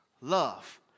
Love